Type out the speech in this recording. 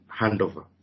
handover